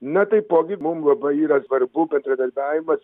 na taipogi mum labai yra svarbu bendradarbiavimas